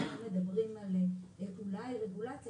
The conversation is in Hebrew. רק הם מבדברים על אולי רגולציה,